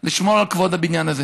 אני קורא לכולנו לשמור על האיפוק,